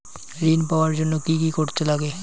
ঋণ পাওয়ার জন্য কি কি করতে লাগে?